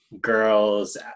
girls